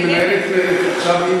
יש עתיד מנהלת עכשיו,